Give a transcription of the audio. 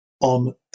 on